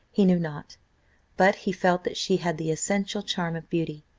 he knew not but he felt that she had the essential charm of beauty,